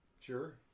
Sure